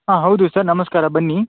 ಹಾಂ ಹೌದು ಸರ್ ನಮಸ್ಕಾರ ಬನ್ನಿ